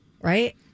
right